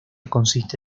consiste